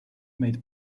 made